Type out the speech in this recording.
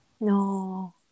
No